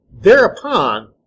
Thereupon